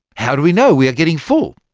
how do we know we are getting full?